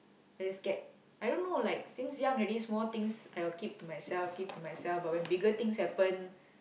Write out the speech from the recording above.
I just scared I don't know like since young already small things I'll keep to myself keep to myself but when bigger things happen